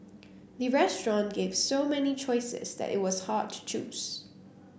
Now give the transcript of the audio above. the restaurant gave so many choices that it was hard to choose